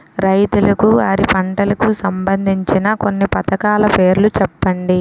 రైతులకు వారి పంటలకు సంబందించిన కొన్ని పథకాల పేర్లు చెప్పండి?